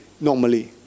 normally